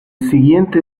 siguiente